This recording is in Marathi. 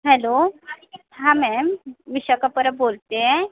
हॅलो हां मॅम विशाखा परब बोलत आहे